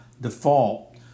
default